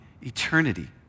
eternity